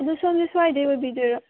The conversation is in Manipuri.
ꯑꯗꯨ ꯁꯣꯝꯁꯤ ꯁ꯭ꯋꯥꯏꯗꯒꯤ ꯑꯣꯏꯕꯤꯗꯣꯏꯔꯣ